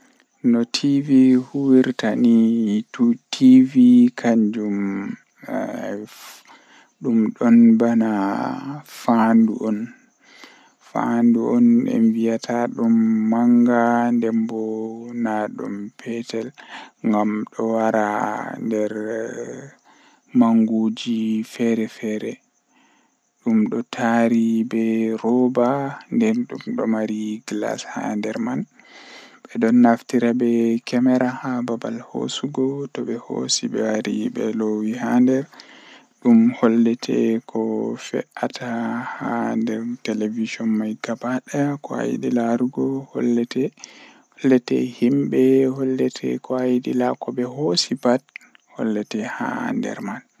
Zaane don geera don woittina nokkure amin ngam don woitina dum masin, Ɗon wada dum hoosa hakkilo mabbe dasa hakkilo himbe waroobe himbe egaa feere ma to andi woodi kobe warata be laara boddum be waran be tokkan yobugo ceede ngam be nasta be laara haamon.